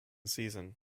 season